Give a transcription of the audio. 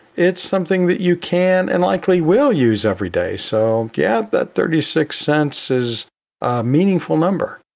it's something that you can and likely will use every day. so yeah, that thirty six cents is meaningful number.